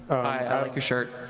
i like your shirt.